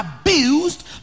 abused